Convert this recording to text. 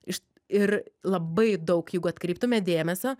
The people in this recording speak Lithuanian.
iš ir labai daug jeigu atkreiptumėt dėmesio